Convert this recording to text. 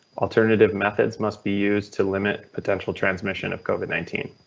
alternative methods must be used to limit potential transmission of covid nineteen.